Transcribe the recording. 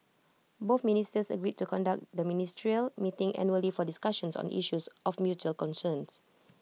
both ministers agreed to conduct the ministerial meeting annually for discussions on issues of mutual concerns